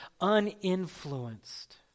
uninfluenced